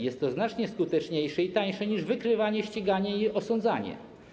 Jest to znacznie skuteczniejsze i tańsze niż wykrywanie, ściganie i osądzanie.